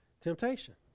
temptation